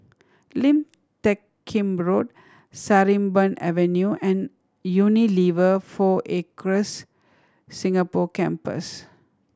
Lim Teck Kim Road Sarimbun Avenue and Unilever Four Acres Singapore Campus